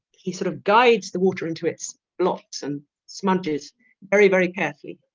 he sort of guides the water into its blocks and smudges very very carefully